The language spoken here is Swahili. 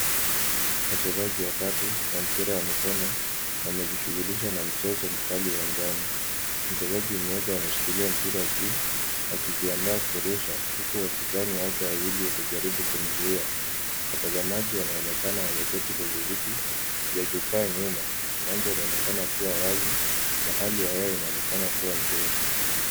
Wachezaji watatu wa mpira wa mkono, wamejishughulisha na mchezo mkali uwanjani. Mchezaji mmoja ameshikilia mpira juu akijiandaa kuurusha huku wapinzani wake wawili wakijaribu kumzuia. Watazamaji wanaonekana wameketi kwenye viti vya jukwa, nyuma. Mwanzo inaonekana kuwa wazi na hali ya hewa inaonekana kuwa nzuri.